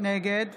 נגד